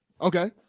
Okay